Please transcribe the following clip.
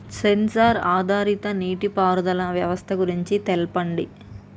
Censor ఆధారిత నీటిపారుదల వ్యవస్థ గురించి తెల్పండి?